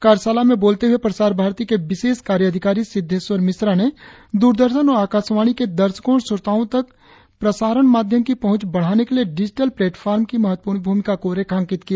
कार्यशाला में बोलते हुए प्रसार भारती के विशेष कार्य अधिकारी सिद्धेश्वर मिश्रा ने दूरदर्शन और आकाशवाणी के दर्शकों और श्रोताओं तक प्रसारण माध्यम की पहुंच बढ़ाने के लिए डीजिटल प्लेटफॉर्म की महत्वपूर्ण भूमिका को रेखांकित किया